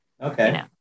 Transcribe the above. okay